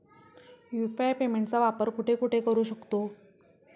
UPI पेमेंटचा वापर कुठे कुठे करू शकतो?